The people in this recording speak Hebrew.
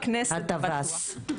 בכנסת זה בטוח.